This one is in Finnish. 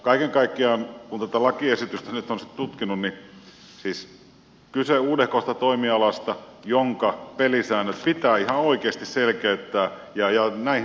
kaiken kaikkiaan kun tätä lakiesitystä nyt on sitten tutkinut niin kyse on uudehkosta toimialasta jonka pelisäännöt pitää ihan oikeasti selkeyttää ja näihin tämä tähtää